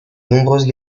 nombreuses